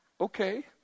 Okay